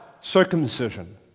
circumcision